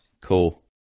Cool